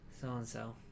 So-and-so